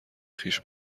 خویش